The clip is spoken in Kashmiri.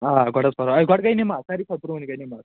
آ گۄڈٕ حظ پَرو آ گۄڈٕ گٔے نیٚماز ساروٕے کھۄتہٕ برٛۄنٛہہ گٔے نیٚماز